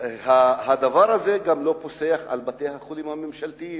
הדבר הזה גם לא פוסח על בתי-החולים הממשלתיים.